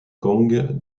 kong